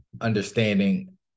understanding